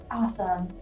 awesome